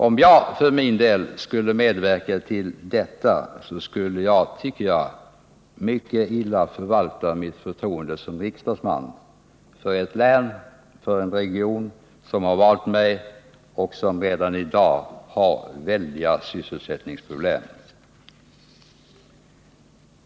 Om jag för min del skulle medverka till en nedläggning skulle jag, tycker jag, mycket illa förvalta det förtroende jag fått som riksdagsman för ett län och en region som har valt mig och som redan i dag har väldiga sysselsättningsproblem.